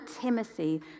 Timothy